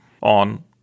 on